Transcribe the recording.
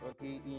okay